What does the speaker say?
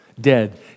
Dead